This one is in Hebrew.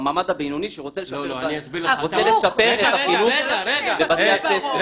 במעמד הבינוני שרוצה לשפר את החינוך בבתי הספר.